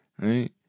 Right